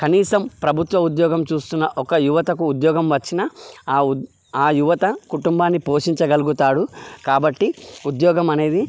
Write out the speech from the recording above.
కనీసం ప్రభుత్వ ఉద్యోగం చూస్తున్న ఒక యువతకు ఉద్యోగం వచ్చినా ఆ ఉద్యో ఆ యువత కుటుంబాన్ని పోషించగలుగుతాడు కాబట్టి ఉద్యోగం అనేది